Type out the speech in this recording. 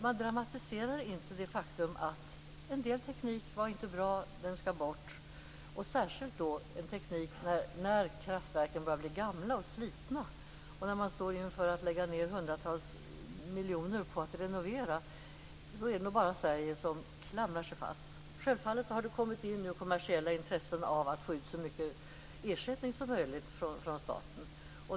Man dramatiserar inte det faktum att en del teknik inte är bra och skall bort, särskilt när kraftverken börjar bli gamla och slitna och man står inför att lägga ned hundratals miljoner på att renovera. Det är nog bara Sverige som klamrar sig fast. Självfallet har det kommit in kommersiella intressen av att få ut så mycket ersättning som möjligt från staten.